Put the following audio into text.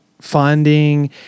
funding